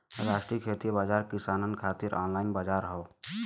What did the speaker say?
राष्ट्रीय खेती बाजार किसानन खातिर ऑनलाइन बजार हौ